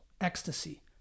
ecstasy